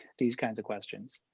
these kinds of questions,